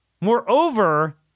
Moreover